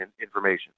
information